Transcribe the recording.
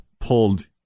pulled